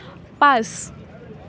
পাঁচ